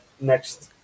next